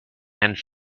and